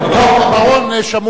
טוב, בר-און, שמעו.